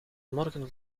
morgen